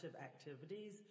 activities